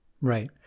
right